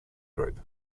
group